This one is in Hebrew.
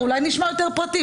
אולי נשמע יותר פרטים.